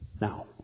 Now